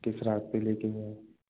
किस रास्ते ले कर गया